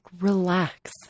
relax